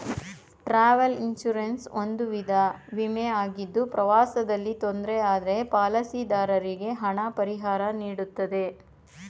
travel insurance ಒಂದು ವಿಧ ವಿಮೆ ಆಗಿದ್ದು ಪ್ರವಾಸದಲ್ಲಿ ತೊಂದ್ರೆ ಆದ್ರೆ ಪಾಲಿಸಿದಾರರಿಗೆ ಹಣ ಪರಿಹಾರನೀಡುತ್ತೆ